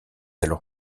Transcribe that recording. alors